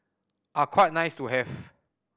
are quite nice to have